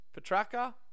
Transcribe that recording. Petraka